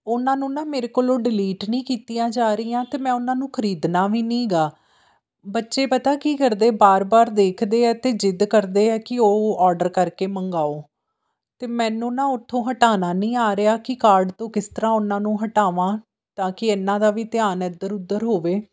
ਉਹਨਾਂ ਨੂੰ ਨਾ ਮੇਰੇ ਕੋਲੋਂ ਡਿਲੀਟ ਨਹੀਂ ਕੀਤੀਆਂ ਜਾ ਰਹੀਆਂ ਅਤੇ ਮੈਂ ਉਹਨਾਂ ਨੂੰ ਖਰੀਦਣਾ ਵੀ ਨਹੀਂ ਗਾ ਬੱਚੇ ਪਤਾ ਕੀ ਕਰਦੇ ਬਾਰ ਬਾਰ ਦੇਖਦੇ ਆ ਅਤੇ ਜਿੱਦ ਕਰਦੇ ਆ ਕਿ ਉਹ ਔਡਰ ਕਰਕੇ ਮੰਗਵਾਓ ਅਤੇ ਮੈਨੂੰ ਨਾ ਉੱਥੋਂ ਹਟਾਉਣਾ ਨਹੀਂ ਆ ਰਿਹਾ ਕਿ ਕਾਰਡ ਤੋਂ ਕਿਸ ਤਰ੍ਹਾਂ ਉਹਨਾਂ ਨੂੰ ਹਟਾਵਾਂ ਤਾਂ ਕਿ ਇਹਨਾਂ ਦਾ ਵੀ ਧਿਆਨ ਇੱਧਰ ਉੱਧਰ ਹੋਵੇ